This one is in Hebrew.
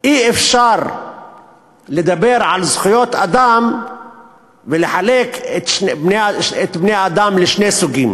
אי-אפשר לדבר על זכויות אדם ולחלק את בני-האדם לשני סוגים